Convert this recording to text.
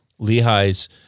Lehi's